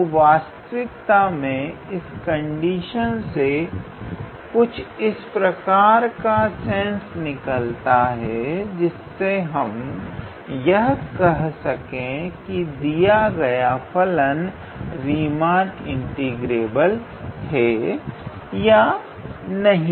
तो वास्तविकता में इस कंडीशन से कुछ इस तरह का सेंस निकलता है जिससे हम यह कह सके की दिया गया फलन रीमान इंटीग्रेबल है या नहीं